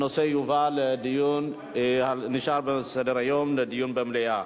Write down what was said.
הנושא יובא לדיון, נשאר בסדר-היום לדיון במליאה.